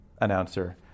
announcer